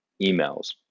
emails